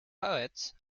poets